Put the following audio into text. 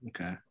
okay